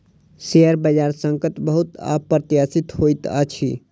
share बजार संकट बहुत अप्रत्याशित होइत अछि